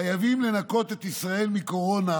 חייבים לנקות את ישראל מקורונה,